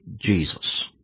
Jesus